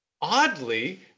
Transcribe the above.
oddly